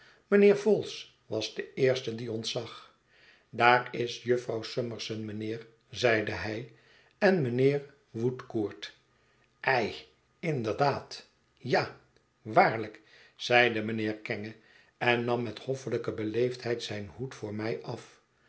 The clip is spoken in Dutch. mijnheer vholes was de eerste die ons zag daar is jufvrouw summerson mijnheer zeide hij en mijnheer woodcourt ei inderdaad ja waarlijk zeide mijnheer kenge en nam met hoffelijke beleefdheid zijn hoed voor mij af